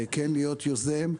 כן להיות יוזם,